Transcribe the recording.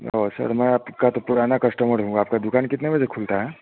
वह सर मैं आपका तो पुराना कस्टमर हूँ आपका दुकान कितने बजे खुलता है